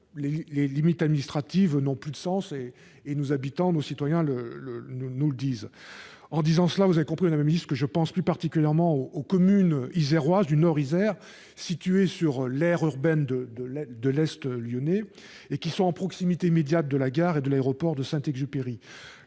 les limites administratives n'ont plus de sens, nos concitoyens nous le disent. En disant cela, vous l'avez compris, madame la ministre, je pense plus particulièrement aux communes iséroises du Nord-Isère situées sur l'aire urbaine de l'est lyonnais, qui sont à proximité immédiate de la gare et de l'aéroport Saint-Exupéry